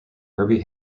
herbie